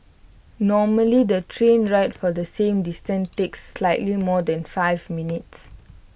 normally the train ride for the same distance takes slightly more than five minutes